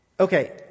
Okay